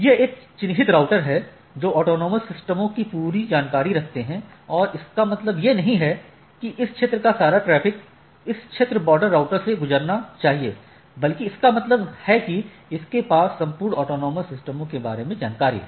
यह एक चिन्हित राउटर हैं जो ऑटॉनमस सिस्टमों की पूरी जानकारी रखते हैं और इसका मतलब यह नहीं है कि इस क्षेत्र का सारा ट्रैफिक इस क्षेत्र बॉर्डर राउटर से गुजरना चाहिए लेकिन इसका मतलब है कि इसके पास संपूर्ण ऑटॉनमस सिस्टमों के बारे में जानकारी है